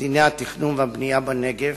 דיני התכנון והבנייה בנגב,